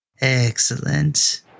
Excellent